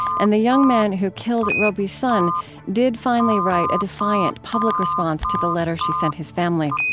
and the young man who killed robi's son did finally write a defiant public response to the letter she sent his family.